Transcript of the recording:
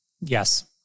Yes